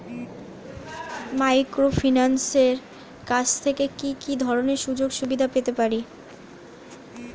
মাইক্রোফিন্যান্সের কাছ থেকে কি কি ধরনের সুযোগসুবিধা পেতে পারি?